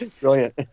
Brilliant